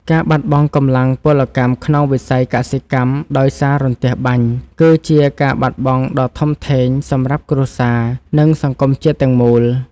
ការបាត់បង់កម្លាំងពលកម្មក្នុងវិស័យកសិកម្មដោយសាររន្ទះបាញ់ គឺជាការបាត់បង់ដ៏ធំធេងសម្រាប់គ្រួសារ និងសង្គមជាតិទាំងមូល។